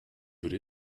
could